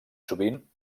sovint